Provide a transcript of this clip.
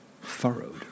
furrowed